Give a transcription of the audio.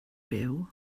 byw